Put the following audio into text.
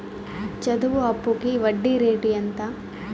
చదువు అప్పుకి వడ్డీ రేటు ఎంత?